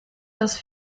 das